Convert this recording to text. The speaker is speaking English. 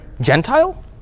Gentile